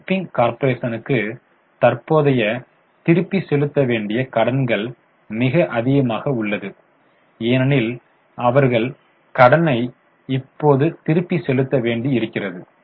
shipping கார்ப்பரேஷனுக்கு தற்போதைய திருப்பிச் செலுத்த வேண்டிய கடன்கள் மிக அதிகமாக உள்ளது ஏனெனில் அவர்கள் கடனை இப்போது திருப்பிச் செலுத்த வேண்டிய இருக்கிறது